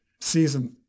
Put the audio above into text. season